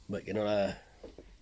but cannot ah